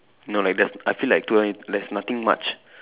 no like just I feel like two thousand eight there's nothing much